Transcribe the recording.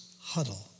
huddle